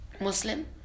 Muslim